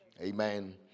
Amen